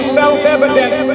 self-evident